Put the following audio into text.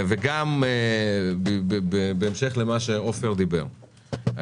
וגם בהמשך למה שאמר עופר לגבי הניסיון